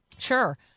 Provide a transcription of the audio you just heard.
Sure